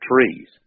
trees